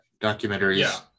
documentaries